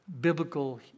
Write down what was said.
biblical